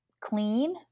clean